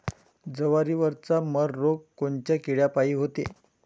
जवारीवरचा मर रोग कोनच्या किड्यापायी होते?